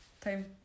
Time